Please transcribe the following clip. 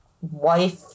wife